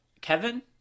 Kevin